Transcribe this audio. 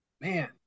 man